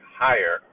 higher